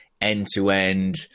end-to-end